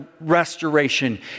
restoration